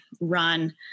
run